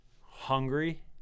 hungry